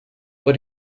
what